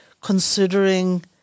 considering